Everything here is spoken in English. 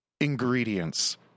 ingredients